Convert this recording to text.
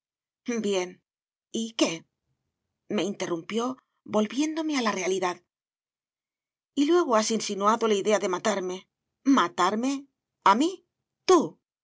bien y qué me interrumpió volviéndome a la realidad y luego has insinuado la idea de matarme matarme a mí tú